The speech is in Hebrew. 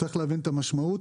צריך להבין את המשמעות,